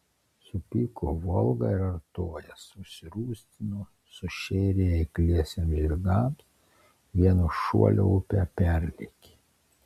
supyko volga ir artojas užsirūstino sušėrė eikliesiems žirgams vienu šuoliu upę perlėkė